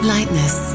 Lightness